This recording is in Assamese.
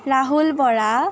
ৰাহুল বৰা